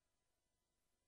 המדינה.